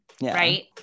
right